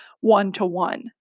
one-to-one